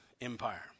Empire